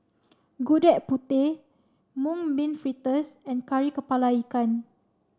Gudeg Putih mung bean fritters and Kari Kepala Ikan